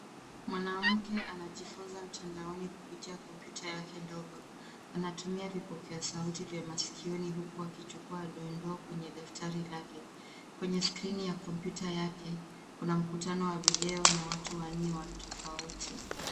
Mwanamke anajifunza mtandaoni kupitia kompyuta yake ndogo. Anatumia vipokeasauti vya maskioni huku akichukua dondoo kwenye daftari lake. Kwneye skrini ya kompyuta yake kuna mkutano wa video na watu wanne watofauti.